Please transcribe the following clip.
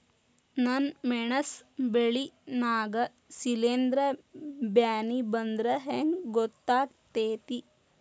ನನ್ ಮೆಣಸ್ ಬೆಳಿ ನಾಗ ಶಿಲೇಂಧ್ರ ಬ್ಯಾನಿ ಬಂದ್ರ ಹೆಂಗ್ ಗೋತಾಗ್ತೆತಿ?